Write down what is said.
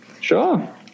Sure